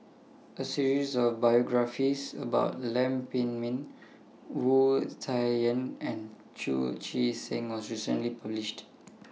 A series of biographies about Lam Pin Min Wu Tsai Yen and Chu Chee Seng was recently published